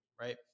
right